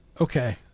Okay